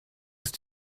ist